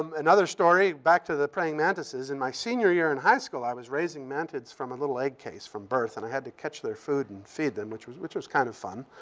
um another story back to the praying mantises. in my senior year in high school, i was raising mantids from a little egg case from birth and i had to catch their food and feed them, which was which was kind of fun.